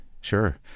sure